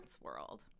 world